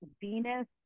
Venus